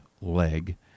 leg